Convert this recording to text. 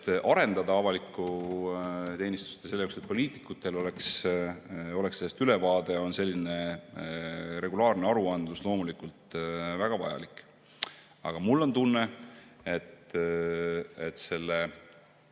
et arendada avalikku teenistust, ja selle jaoks, et poliitikutel oleks sellest ülevaade, on regulaarne aruandlus loomulikult väga vajalik. Aga mul on tunne, et selle